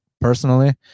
Personally